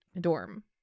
dorm